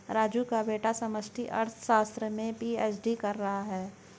राजू का बेटा समष्टि अर्थशास्त्र में पी.एच.डी कर रहा है